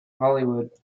hollywood